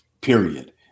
period